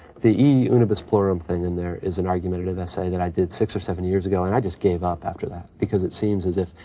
the unibus plurum thing in there is an argumentative essay that i did six or seven years ago and i just gave up after that because it seems as if,